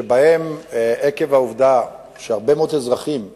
עקב העובדה שהרבה מאוד אזרחים,